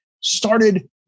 started